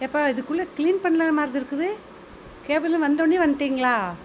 எப்பா இதுக்குள்ளே க்ளீன் பண்ணலங்கிற மாதிரி இருக்குது கேபுலேருந்து வந்தோடனே வந்துட்டிங்களா